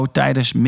tijdens